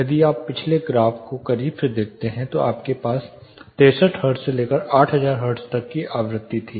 यदि आप पिछले ग्राफ को करीब से देखते हैं तो आपके पास 63 हर्ट्ज से लेकर 8000 हर्ट्ज तक की आवृत्ति थी